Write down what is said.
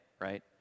right